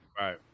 Right